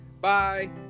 bye